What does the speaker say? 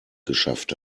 geschafft